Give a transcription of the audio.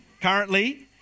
Currently